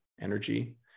energy